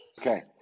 Okay